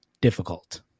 difficult